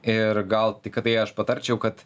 ir gal tiktai aš patarčiau kad